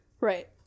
Right